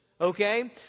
Okay